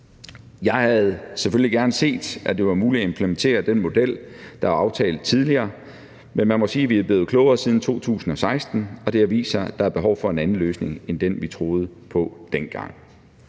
Jeg havde selvfølgelig gerne set, at det var muligt at implementere den model, der er aftalt tidligere, men man må sige, at vi er blevet klogere siden 2016, og det har vist sig, at der er behov for en anden løsning end den, vi troede på dengang.